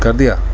کر دیا